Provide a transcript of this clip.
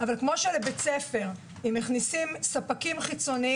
אבל כמו שכשמכניסים לבית ספר ספקים חיצוניים,